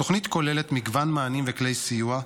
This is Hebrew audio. התוכנית כוללת מגוון מענים וכלי סיוע,